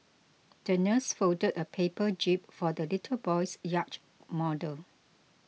the nurse folded a paper jib for the little boy's yacht model